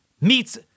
meets